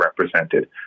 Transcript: represented